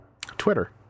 Twitter